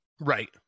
Right